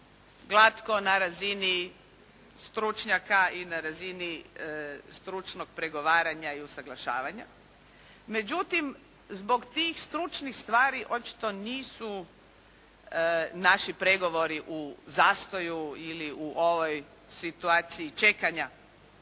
glatko na razini stručnjaka i na razini stručnog pregovaranja i usuglašavanja. Međutim, zbog tih stručnih stvari očito nisu naši pregovori u zastoju ili u ovoj situaciji čekanja